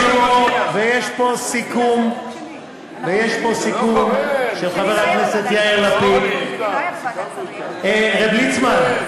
יש פה סיכום של חבר הכנסת יאיר לפיד ------ רב ליצמן,